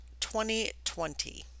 2020